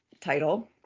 title